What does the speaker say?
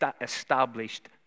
established